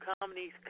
comedies